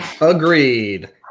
Agreed